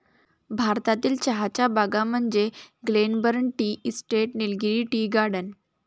भारतातील चहाच्या बागा म्हणजे Glenburn tea estate, Nilgiri tea garden